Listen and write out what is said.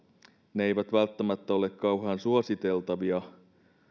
ne eivät välttämättä ole kauhean suositeltavia